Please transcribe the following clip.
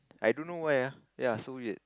I don't know why ah ya so weird